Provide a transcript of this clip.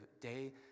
day